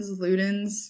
Ludens